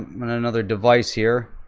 um but and another device here,